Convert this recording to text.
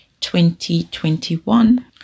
2021